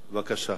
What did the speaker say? בבקשה.